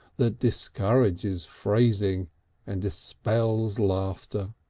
that discourages phrasing and dispels laughter.